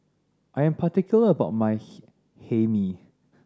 I am particular about my Hae Mee